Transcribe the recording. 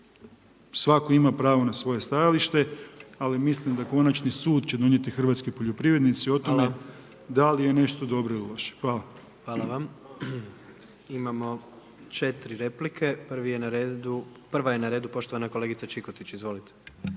Svatko ima pravo na svoje stajalište, ali mislim da konačni sud će donijeti hrvatski poljoprivrednici o tome da li je nešto dobro ili loše. Hvala. **Jandroković, Gordan (HDZ)** Imamo 4 replike. Prvi je na redu, prva je na redu poštovana kolegica Čikotić. Izvolite.